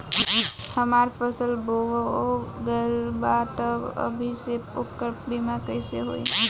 हमार फसल बोवा गएल बा तब अभी से ओकर बीमा कइसे होई?